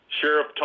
Sheriff